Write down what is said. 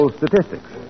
statistics